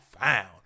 found